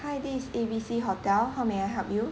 hi this is A B C hotel how may I help you